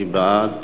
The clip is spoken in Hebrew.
מי בעד,